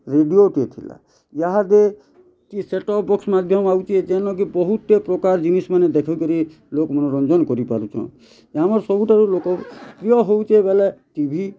ରେଡ଼ିଓଟେ ଥିଲା ଇହାର୍ ଦେ କି ସେଟଅପ୍ ବକ୍ସ୍ ମାଧ୍ୟମ ଆଉଚୁ ଯେନ୍ କି ବହୁତେ ପ୍ରକାର ଜିନିଷ୍ ମାନେ ଦେଖିକରି ଲୋକ୍ ମନୋରଞ୍ଜନ କରି ପାରୁଚଁ ଆମର୍ ସବୁ ତ ଲୋକ୍ ପ୍ରିୟ ହଉଛେ ବେଲେ ଟିଭି